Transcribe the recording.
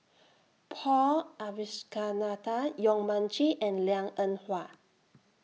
Paul Abisheganaden Yong Mun Chee and Liang Eng Hwa